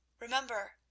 Remember—